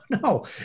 no